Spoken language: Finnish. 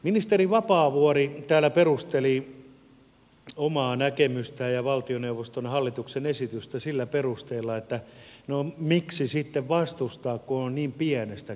ministeri vapaavuori täällä perusteli omaa näkemystään ja hallituksen esitystä sillä perusteella että no miksi sitten vastustaa kun on niin pienestä kysymys